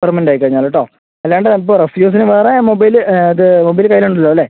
permanent ആയിക്കഴിഞ്ഞാൽ കേട്ടോ അല്ലാണ്ട് അത് അപ്പോൾ റഫ് യൂസിന് വേറെ മൊബൈല് ഇത് മൊബൈല് കൈയ്യിൽ ഉണ്ടല്ലൊ അല്ലേ